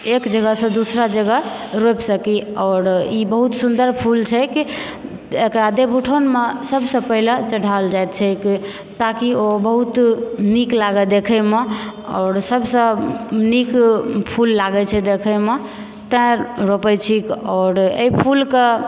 एक जगहसँ दूसरा जगह रोपि सकी आओर ई बहुत सुन्दर फूल छैक एकरा देवउठौनमे सभसँ पहिले चढ़ायल जाइ छैक ताकि ओ बहुत नीक लागऽ देखैमे आओर सभसँ नीक फूल लागै छै देखऽमे तय रोपै छी आओर एहि फूल के